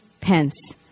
Pence